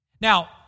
Now